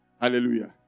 Hallelujah